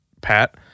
Pat